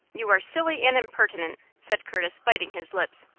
you are silly and impertinent, said curtis, biting his lips.